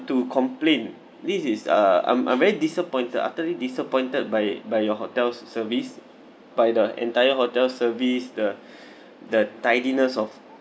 to complain this is uh I'm I'm very disappointed utterly disappointed by by your hotel's service by the entire hotel service the the tidiness of